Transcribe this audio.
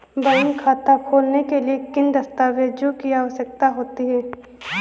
Bank खाता खोलने के लिए किन दस्तावेजों की आवश्यकता होती है?